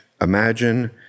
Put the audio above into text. Imagine